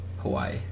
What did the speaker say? Hawaii